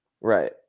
right